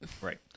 Right